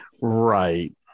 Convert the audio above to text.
right